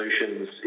solutions